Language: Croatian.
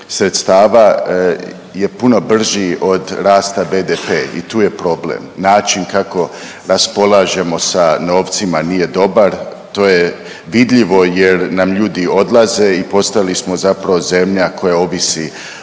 sredstava je puno brži od rasta BDP i tu je problem. Način kako raspolažemo sa novcima nije dobar. To je vidljivo jer nam ljudi odlaze i postali smo zapravo zemlja koja ovisi